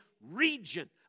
region